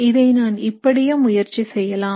இதை நான் இப்படியும் முயற்சி செய்யலாம்